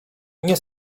nie